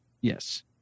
yes